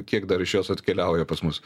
kiek dar iš jos atkeliauja pas mus